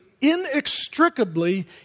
inextricably